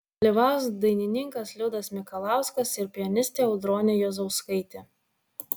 dalyvaus dainininkas liudas mikalauskas ir pianistė audronė juozauskaitė